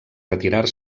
retirar